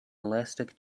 elastic